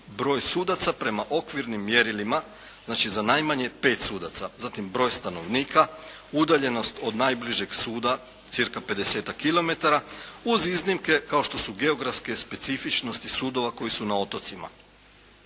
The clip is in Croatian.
broj sudaca prema okvirnim mjerilima znači za najmanje pet sudaca, zatim broj stanovnika, udaljenost od najbližeg suda cirka pedesetak kilometara uz iznimke kao što su geografske specifičnosti sudova koji su na otocima.